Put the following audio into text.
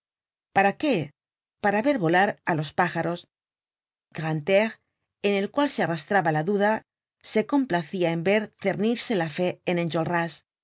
para qué para ver volar á los pájaros grantaire en el cual se arrastraba la duda se complacia en ver cernirse la fe en